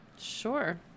Sure